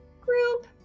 group